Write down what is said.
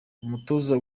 umutoza